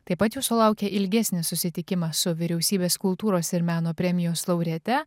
taip pat jūsų laukia ilgesnis susitikimas su vyriausybės kultūros ir meno premijos laureate